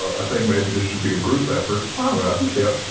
i think maybe this should be a group effort, um right, yep.